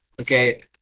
okay